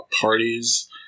parties